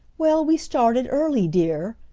well, we started early, dear,